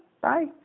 Bye